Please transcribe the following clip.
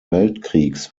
weltkriegs